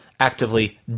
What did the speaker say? actively